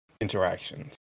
interactions